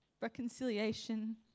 Reconciliation